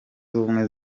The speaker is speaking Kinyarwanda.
ubumwe